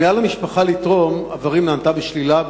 הפנייה למשפחה לתרום איברים נענתה בשלילה.